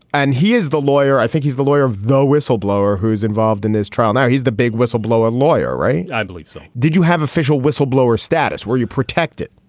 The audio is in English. and he is the lawyer. i think he's the lawyer of the whistleblower who is involved in this trial now. he's the big whistleblower lawyer, right? i believe so. did you have official whistleblower status where you protected?